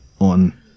on